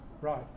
right